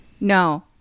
No